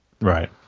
right